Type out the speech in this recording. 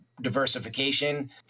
diversification